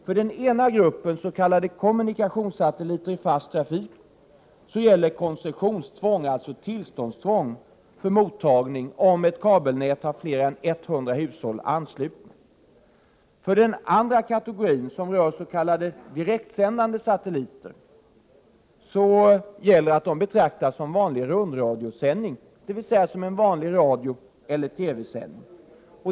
För den ena gruppen, s.k. kommunikationssatelliter i fast trafik, gäller koncessionstvång, alltså tillståndstvång, för mottagningen om ett kabelnät har fler än 100 hushåll anslutna. För den andra kategorin, som rör s.k. direktsändande satelliter, gäller att deras sändning betraktas som vanlig rundradiosändning, dvs. som en vanlig radioeller TV-sändning.